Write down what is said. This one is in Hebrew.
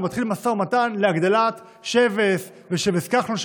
מתחיל משא ומתן להגדלת שבס ושבס-כחלון,